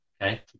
Okay